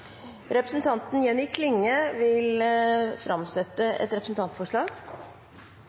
Representanten Jenny Klinge vil framsette et representantforslag.